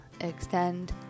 extend